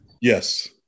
Yes